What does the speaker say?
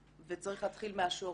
וצריך להתחיל מהשורש.